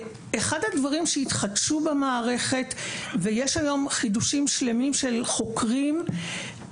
יש היום חידושים שלמים של חוקרים,